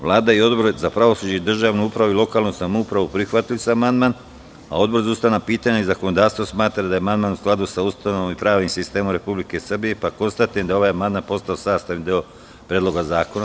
Vlada i Odbor za pravosuđe, državnu upravu i lokalnu samoupravu prihvatili su amandman, a Odbor za ustavna pitanja i zakonodavstvo smatra da je amandman u skladu sa Ustavom i pravnim sistemom Republike Srbije, pa konstatujem da je ovaj amandman postao sastavni deo Predloga zakona.